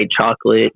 chocolate